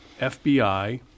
FBI